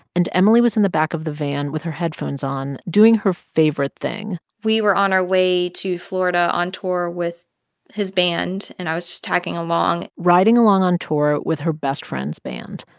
and emily was in the back of the van with her headphones on doing her favorite thing we were on our way to florida on tour with his band, and i was just tagging along riding along on tour with her best friend's band,